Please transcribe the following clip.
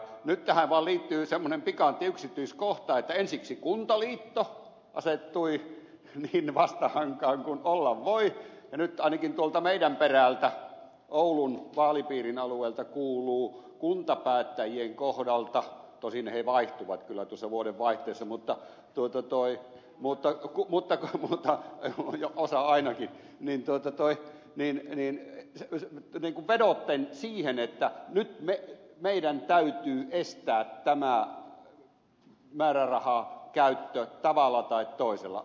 nyt tähän vaan liittyy semmoinen pikantti yksityiskohta että ensiksi kuntaliitto asettui niin vastahankaan kuin olla voi ja nyt ainakin tuolta meidän perältä oulun vaalipiirin alueelta kuuluu kuntapäättäjien kohdalta tosin he vaihtuvat kyllä tuossa vuodenvaihteessa mutta tuota toi mutta kun mutkassa mutta ehkä joku osa ainakin niin kuin vedottaisiin siihen että nyt meidän täytyy estää tämän määrärahan käyttö tavalla tai toisella